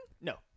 No